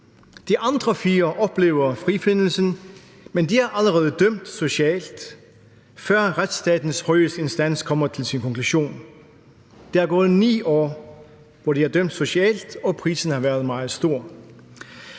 De andre fire oplever frifindelsen, men de er allerede dømt socialt, før retsstatens højeste instans kommer til sin konklusion. Der er gået 9 år, hvor de er dømt socialt – og prisen har været meget stor.